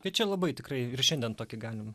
tai čia labai tikrai ir šiandien tokį galim